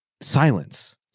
silence